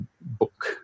book